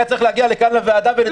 היה צריך להגיע לכאן לוועדה ולדבר.